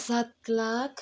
सात लाख